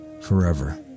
forever